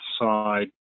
side